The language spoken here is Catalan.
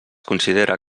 considera